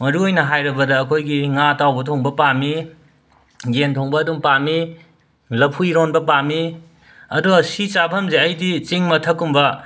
ꯃꯔꯨꯑꯣꯏꯅ ꯍꯥꯏꯔꯕꯗ ꯑꯩꯈꯣꯏꯒꯤ ꯉꯥ ꯑꯇꯥꯎꯕ ꯊꯣꯡꯕ ꯄꯥꯝꯃꯤ ꯌꯦꯟ ꯊꯣꯡꯕ ꯑꯗꯨꯝ ꯄꯥꯝꯃꯤ ꯂꯐꯨ ꯏꯔꯣꯟꯕ ꯄꯥꯝꯃꯤ ꯑꯗꯣ ꯁꯤ ꯆꯥꯕꯝꯖꯦ ꯑꯩꯗꯤ ꯆꯤꯡ ꯃꯊꯛꯀꯨꯝꯕ